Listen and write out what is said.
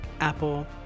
apple